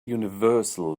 universal